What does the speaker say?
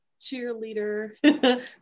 cheerleader